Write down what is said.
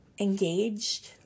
engaged